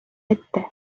ette